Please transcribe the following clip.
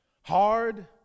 Hard